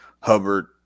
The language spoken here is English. Hubbard